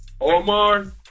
Omar